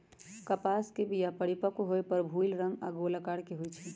कपास के बीया परिपक्व होय पर भूइल रंग आऽ गोल अकार के होइ छइ